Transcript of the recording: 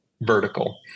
vertical